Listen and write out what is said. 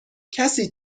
کسی